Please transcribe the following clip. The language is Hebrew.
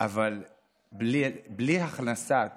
אבל בלי הכנסת